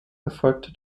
erfolgte